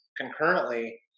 concurrently